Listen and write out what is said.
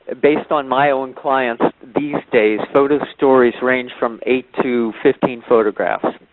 based on my own clients, these days, photo stories range from eight to fifteen photographs.